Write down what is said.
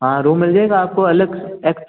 हाँ रूम मिल जाएगा आप को अलग से एक